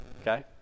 okay